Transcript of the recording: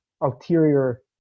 ulterior